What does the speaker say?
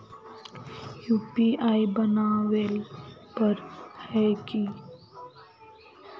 UPI बनावेल पर है की?